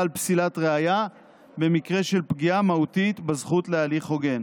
על פסילת ראיה במקרה של פגיעה מהותית בזכות להליך הוגן.